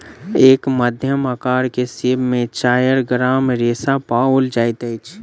एक मध्यम अकार के सेब में चाइर ग्राम रेशा पाओल जाइत अछि